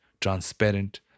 Transparent